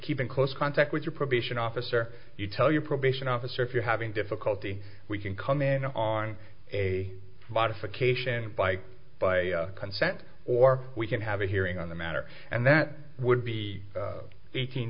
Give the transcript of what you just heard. keep in close contact with your probation officer you tell your probation officer if you're having difficulty we can come in on a modification by consent or we can have a hearing on the matter and that would be eighteen